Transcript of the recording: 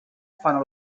fanno